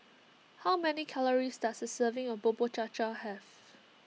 how many calories does a serving of Bubur Cha Cha have